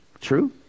True